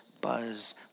buzz